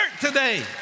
today